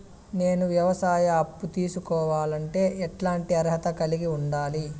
నేను వ్యవసాయ అప్పు తీసుకోవాలంటే ఎట్లాంటి అర్హత కలిగి ఉండాలి?